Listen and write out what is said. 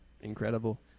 incredible